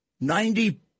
ninety